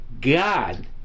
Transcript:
God